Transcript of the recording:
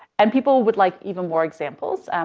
and people would like even more examples,